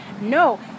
no